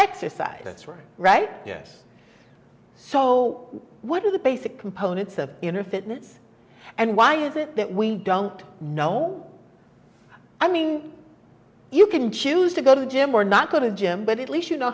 exercise right yes so what are the basic components of inner fitness and why is it that we don't know i mean you can choose to go to the gym or not go to gym but at least you know